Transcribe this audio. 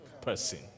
person